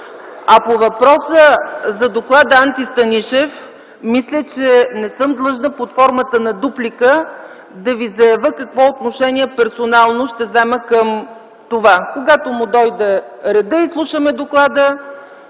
А по въпроса за доклада „Антистанишев”, мисля, че не съм длъжна под формата на дуплика да заявя какво персонално отношение ще взема към това. Когато му дойде редът, изслушаме доклада,